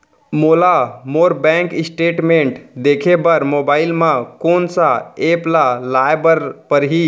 मोला मोर bank statement देखे बर मोबाइल मा कोन सा एप ला लाए बर परही?